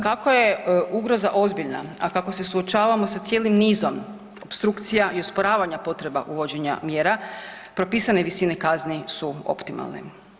Kako je ugroza ozbiljna, a kako se suočavamo sa cijelim nizom opstrukcija i usporavanja potreba uvođenja mjera, propisane visine kazni su optimalne.